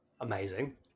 Amazing